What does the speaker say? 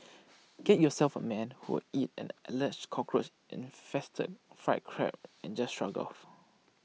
get yourself A man who will eat an Alleged Cockroach infested fried Crab and just shrug IT off